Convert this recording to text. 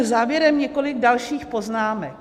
Závěrem několik dalších poznámek.